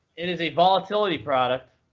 it is a volatility product.